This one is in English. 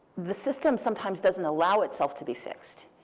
the system sometimes doesn't allow itself to be fixed.